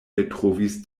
eltrovis